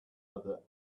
other